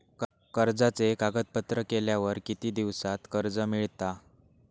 कर्जाचे कागदपत्र केल्यावर किती दिवसात कर्ज मिळता?